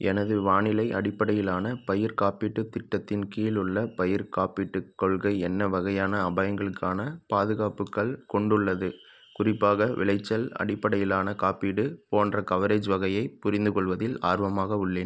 எனது வானிலை அடிப்படையிலான பயிர் காப்பீட்டுத் திட்டத்தின் கீழ் உள்ள பயிர்க் காப்பீட்டுக் கொள்கை என்ன வகையான அபாயங்களுக்கான பாதுகாப்புகள் கொண்டுள்ளது குறிப்பாக விளைச்சல் அடிப்படையிலான காப்பீடு போன்ற கவரேஜ் வகையைப் புரிந்துக்கொள்வதில் ஆர்வமாக உள்ளேன்